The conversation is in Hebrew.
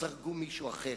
הרגו מישהו אחר.